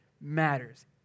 matters